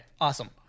awesome